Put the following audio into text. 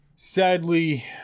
sadly